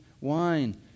wine